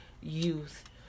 youth